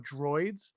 droids